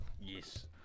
Yes